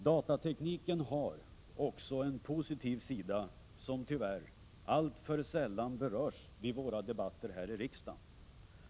Datatekniken har också en positiv sida som, tyvärr, alltför sällan berörs vid våra debatter här i riksdagen.